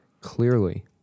Clearly